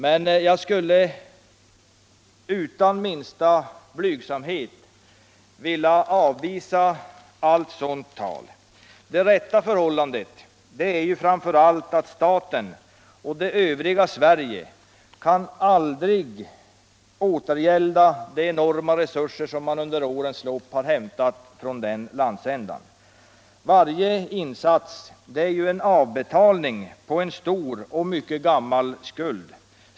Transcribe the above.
Men jag vill utan minsta blygsamhet avvisa allt sådant tal. Rätta förhållandet är att staten och det övriga Sverige aldrig kan återgälda de enorma resurser som man under årens lopp hämtat från den landsändan. Varje insats är en avbetalning på en stor och mycket gammal skuld.